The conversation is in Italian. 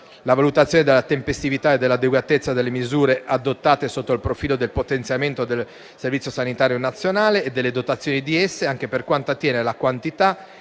la valutazione della tempestività e dell'adeguatezza delle misure adottate sotto il profilo del potenziamento del Servizio sanitario nazionale e delle dotazioni di esso, anche per quanto attiene alla quantità,